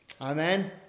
Amen